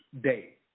Day